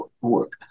work